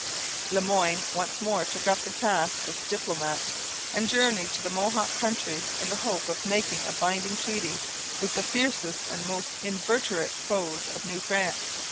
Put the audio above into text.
le moyne once more took up the task of diplomat and journeyed to the mohawk country in the hope of making a binding treaty with the fiercest and most inveterate foes of new france.